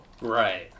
Right